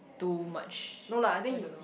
too much I don't know